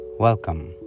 Welcome